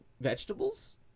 vegetables